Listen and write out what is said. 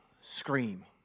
scream